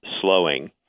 slowing